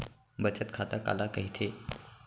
बचत खाता काला कहिथे?